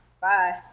bye